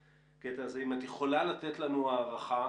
האם את יכולה לתת לנו הערכה